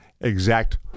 exact